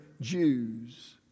Jews